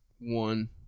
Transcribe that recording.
one